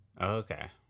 Okay